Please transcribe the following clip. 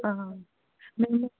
మేము